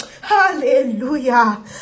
Hallelujah